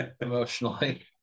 emotionally